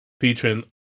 featuring